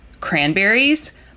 Cranberries